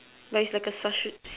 but it's like a